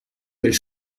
belle